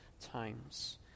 times